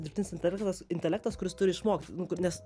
dirbtinis intelektas intelektas kuris turi išmokti nes